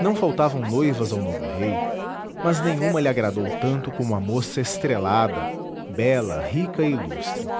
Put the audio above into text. não faltavam noivas ao novo rei mas nenhuma lhe agradou tanto como a moça estrelada bela rica e ilustre